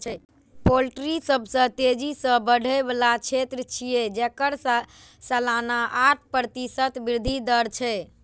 poultry सबसं तेजी सं बढ़ै बला क्षेत्र छियै, जेकर सालाना आठ प्रतिशत वृद्धि दर छै